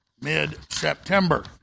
mid-September